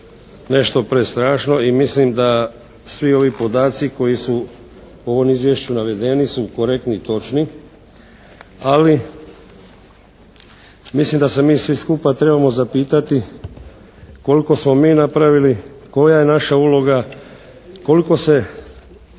nešto prestrašno i mislim da svi ovi podaci koji su u ovom izvješću navedeni su korektni i točni. Ali mislim da se mi svi skupa trebamo zapitati koliko smo mi napravili, koja je naša uloga, koliko se